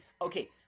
Okay